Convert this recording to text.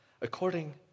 according